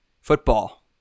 Football